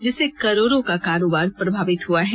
जिससे करोड़ों का कारोबार प्रभावित हुआ है